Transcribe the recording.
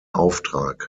auftrag